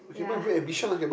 yeah